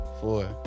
Four